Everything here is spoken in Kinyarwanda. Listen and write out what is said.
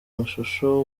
mashusho